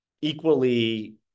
Equally